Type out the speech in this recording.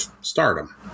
stardom